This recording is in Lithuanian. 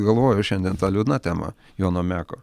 galvoju šiandien ta liūdna tema jono meko